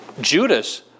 Judas